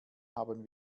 haben